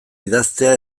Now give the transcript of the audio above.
idaztea